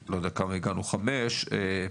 חמש,